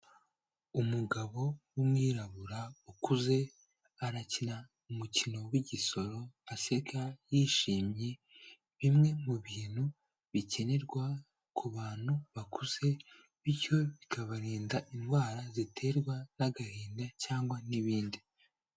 Umugabo w'umwirabura ukuze arakina umukino w'igisoro aseka yishimye, bimwe mu bintu bikenerwa ku bantu bakuze, bityo bikabarinda indwara ziterwa n'agahinda cyangwa n'ibindi.